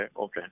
okay